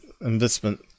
investment